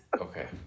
Okay